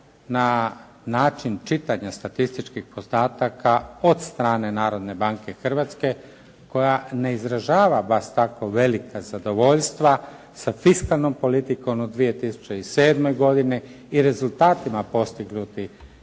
na način čitanja statističkih podataka od strane Narodne banke Hrvatske koja ne izražava baš tako velika zadovoljstva sa fiskalnom politikom u 2007. godini i rezultatima postignutih